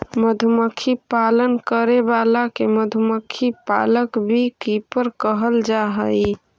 मधुमक्खी पालन करे वाला के मधुमक्खी पालक बी कीपर कहल जा हइ